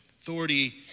authority